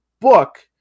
book